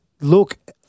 look